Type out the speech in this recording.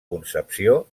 concepció